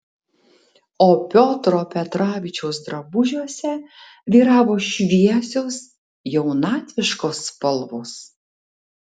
o piotro petravičiaus drabužiuose vyravo šviesios jaunatviškos spalvos